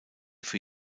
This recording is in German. für